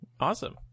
Awesome